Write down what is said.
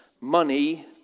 money